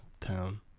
town